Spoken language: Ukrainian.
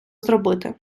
зробити